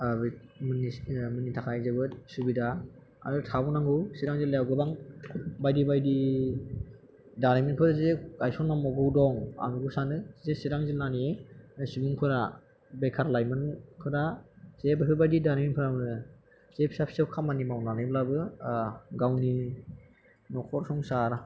मोननि थाखाय जोबोद सुबिदा आरो थाबावनांगौ सिरां जिल्लायाव गोबां बायदि बायदि दारिमिनफोर जे गायसननांबावगौ दं आं बेखौ सानो जे सिरां जिल्लानि सुबुंफोरा बेखार लायइमोनफोरा जे बेफोरबायदि दारिमिनफोरावनो जे फिसा फिसौ खामिनि मावनानैब्लाबो गावनि न'खर संसार